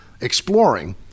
exploring